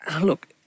look